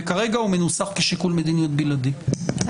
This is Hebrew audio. וכרגע הוא מנוסח כשיקול מדיניות בלעדי.